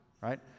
right